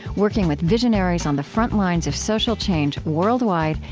working with visionaries on the front lines of social change worldwide,